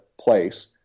place